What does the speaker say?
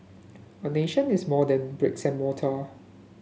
a nation is more than bricks and mortar